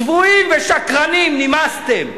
צבועים ושקרנים, נמאסתם.